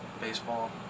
baseball